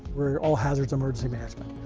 we are all hazards emergency management.